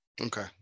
Okay